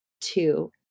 two